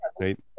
right